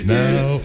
now